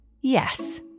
Yes